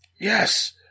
Yes